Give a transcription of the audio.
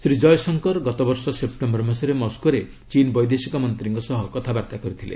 ଶ୍ରୀ ଜୟଶଙ୍କର ଗତବର୍ଷ ସେପ୍ଟେମ୍ବର ମାସରେ ମସ୍କୋରେ ଚୀନ୍ ବୈଦେଶିକ ମନ୍ତ୍ରୀଙ୍କ ସହ କଥାବାର୍ତ୍ତା କରିଥିଲେ